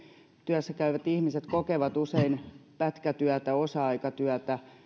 työssä käyvät ihmiset tekevät usein pätkätyötä osa aikatyötä